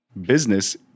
business